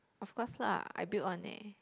of course lah I build one leh